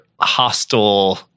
hostile